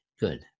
Good